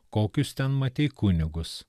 kokius ten matei kunigus